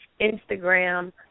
Instagram